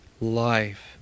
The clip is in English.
life